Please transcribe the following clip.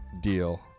deal